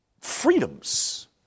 freedoms